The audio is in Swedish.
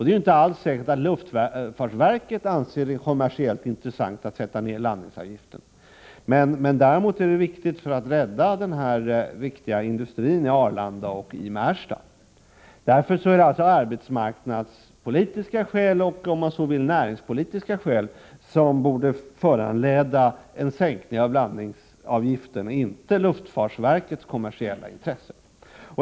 Det är inte alls säkert att luftfartsverket anser det kommersiellt intressant att sätta ned landningsavgiften. Däremot är det viktigt att rädda denna viktiga industri i Arlanda och Märsta. Det är alltså arbetsmarknadspolitiska skäl, och om man så vill näringspolitiska, som borde föranleda en sänkning av landningsavgiften, inte luftfartsverkets kommersiella intressen.